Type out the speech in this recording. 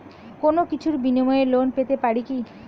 কোনো কিছুর বিনিময়ে লোন পেতে পারি কি?